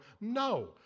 No